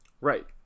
Right